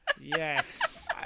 Yes